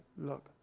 look